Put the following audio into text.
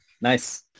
nice